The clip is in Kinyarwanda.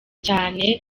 cyane